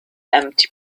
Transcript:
empty